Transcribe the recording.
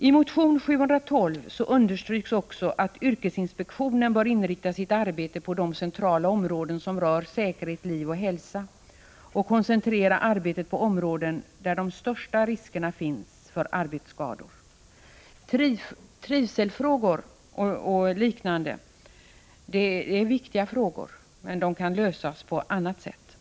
I motion 712 understryks också att yrkesinspektionen bör inrikta sitt arbete på de centrala områden som rör säkerhet, liv och hälsa och koncentrera arbetet på områden där de största riskerna för arbetsskador finns. Trivselfrågor och liknande är viktiga, men de kan lösas på annat sätt. — Prot.